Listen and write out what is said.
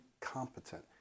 competent